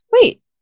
wait